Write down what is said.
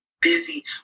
busy